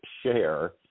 share